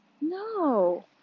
No